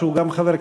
שהוא גם חבר כנסת,